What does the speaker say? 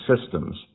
systems